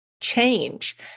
change